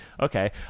okay